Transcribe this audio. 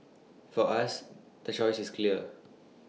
for us the choice is clear